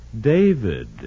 David